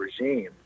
regime